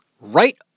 right